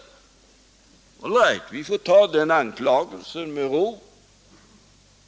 All right, vi får ta denna anklagelse med ro.